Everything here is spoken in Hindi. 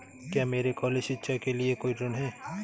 क्या मेरे कॉलेज शिक्षा के लिए कोई ऋण है?